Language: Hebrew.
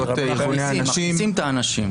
מכניסים את האנשים.